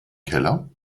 keller